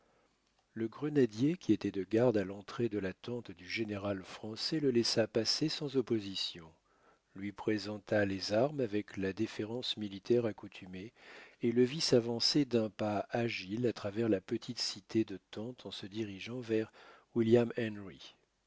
le grenadier qui était de garde à l'entrée de la tente du général français le laissa passer sans opposition lui présenta les armes avec la déférence militaire accoutumée et le vit s'avancer d'un pas agile à travers la petite cité de tentes en se dirigeant vers william henry